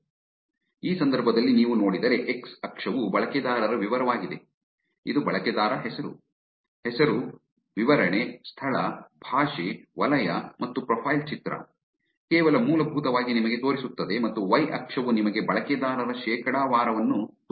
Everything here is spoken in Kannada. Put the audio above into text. ಆದ್ದರಿಂದ ಈ ಸಂದರ್ಭದಲ್ಲಿ ನೀವು ನೋಡಿದರೆ ಎಕ್ಸ್ ಅಕ್ಷವು ಬಳಕೆದಾರರ ವಿವರವಾಗಿದೆ ಇದು ಬಳಕೆದಾರ ಹೆಸರು ಹೆಸರು ವಿವರಣೆ ಸ್ಥಳ ಭಾಷೆ ವಲಯ ಮತ್ತು ಪ್ರೊಫೈಲ್ ಚಿತ್ರ ಕೇವಲ ಮೂಲಭೂತವಾಗಿ ನಿಮಗೆ ತೋರಿಸುತ್ತದೆ ಮತ್ತು ವೈ ಅಕ್ಷವು ನಿಮಗೆ ಬಳಕೆದಾರರ ಶೇಕಡಾವಾರವನ್ನು ತೋರಿಸುತ್ತದೆ